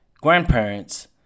grandparents